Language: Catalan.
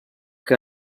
que